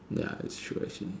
ya true actually